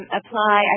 apply